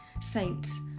saints